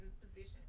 position